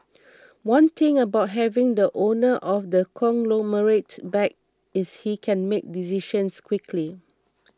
one good thing about having the owner of the conglomerate back is he can make decisions quickly